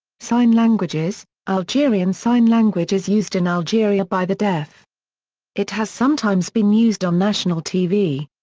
sign languages algerian sign language is used in algeria by the deaf it has sometimes been used on national tv.